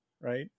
right